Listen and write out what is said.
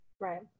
right